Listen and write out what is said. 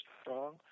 strong